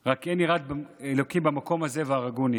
"רק אין יראת אלוקים במקום הזה והרגוני".